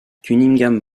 cunningham